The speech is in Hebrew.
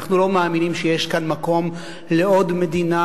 אנחנו לא מאמינים שיש כאן מקום לעוד מדינה,